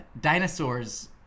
dinosaurs